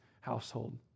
household